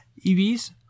EVs